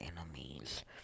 enemies